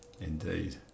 Indeed